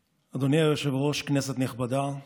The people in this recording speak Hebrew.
היושב-ראש, כנסת נכבדה,